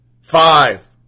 Five